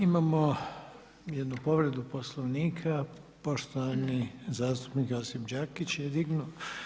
Imamo jednu povredu Poslovnika, poštovani zastupnik Josip Đakić je dignuo.